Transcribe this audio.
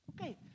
Okay